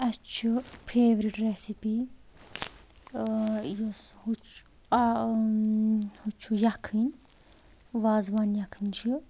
اَسہِ چھُ favourite recipe یُس ہُہ چھُ ہُہ چھُ یَکھٕنۍ وازوان یَکھٕنۍ چھِ